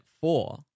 four